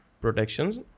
protections